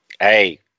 hey